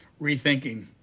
rethinking